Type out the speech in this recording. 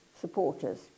supporters